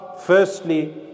firstly